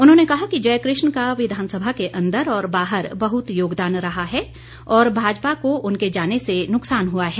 उन्होंने कहा कि जयकृष्ण का विधानसभा के अंदर और बाहर बहुत योगदान रहा है और भाजपा को उनके जाने से नुकसान हुआ है